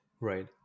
Right